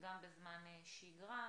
גם בזמן שגרה.